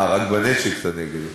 אה, רק בנשק אתה נגד אוטונומיה.